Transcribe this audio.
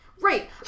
Right